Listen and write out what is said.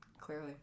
Clearly